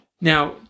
Now